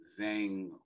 Zang